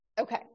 Okay